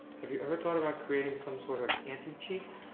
have you ever thought about creating some sort of anti-cheat?